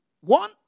One